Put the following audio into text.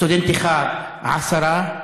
סטודנט אחד, עשרה,